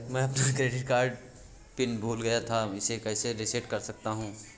मैं अपना credit card pin भूल गया था मैं इसे कैसे रीसेट कर सकता हूँ?